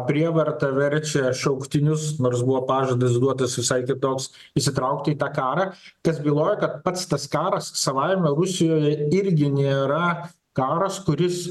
prievarta verčia šauktinius nors buvo pažadas duotas visai kitoks įsitraukti į tą karą kas byloja kad pats tas karas savaime rusijoje irgi nėra karas kuris